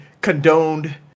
condoned